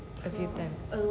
a few times